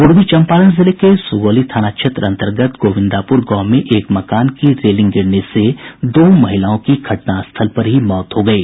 पूर्वी चम्पारण जिले के सुगौली थाना क्षेत्र अन्तर्गत गोविंदापुर गांव में एक मकान की रेलिंग गिरने से दो महिलाओं की घटनास्थल पर ही मौत हो गयी